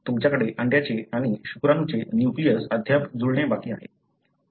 तुमच्याकडे अंड्याचे आणि शुक्राणूचे न्यूक्लियस अद्याप जुळणे बाकी आहे